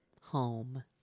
home